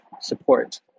support